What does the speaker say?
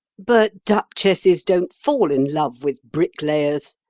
but duchesses don't fall in love with bricklayers,